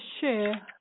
share